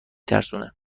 ترسونه